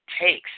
takes